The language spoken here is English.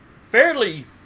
fairly